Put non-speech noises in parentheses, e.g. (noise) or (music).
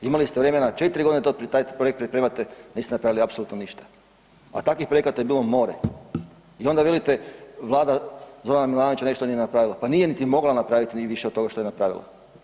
Imali ste vremena 4 g. to ... (unintelligible) projekt pripremate, niste napravili apsolutno ništa, a takvih projekata je bilo more i onda velite Vlada Zorana Milanovića nešto nije napravila, pa nije niti mogla napraviti ni više od toga što je napravila.